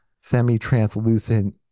semi-translucent